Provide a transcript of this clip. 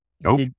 Nope